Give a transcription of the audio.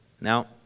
Now